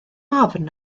ofn